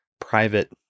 private